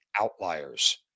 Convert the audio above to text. outliers